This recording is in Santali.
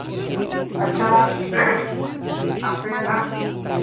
ᱟᱪᱪᱷᱟ ᱟᱯᱮ ᱱᱟᱜ